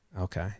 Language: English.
Okay